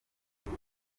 niyo